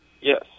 Yes